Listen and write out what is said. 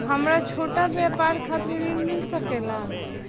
हमरा छोटा व्यापार खातिर ऋण मिल सके ला?